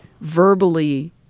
verbally